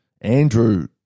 Andrew